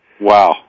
Wow